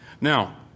Now